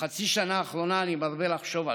בחצי השנה האחרונה אני מרבה לחשוב עליו,